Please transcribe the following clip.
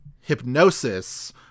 hypnosis